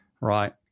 Right